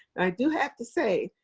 i do have to say,